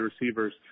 receivers